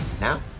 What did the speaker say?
now